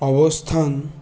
অবস্থান